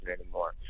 anymore